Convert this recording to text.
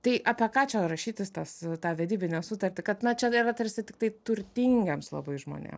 tai apie ką čia rašytis tas tą vedybinę sutartį kad na čia yra tarsi tiktai turtingiems labai žmonėm